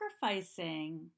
sacrificing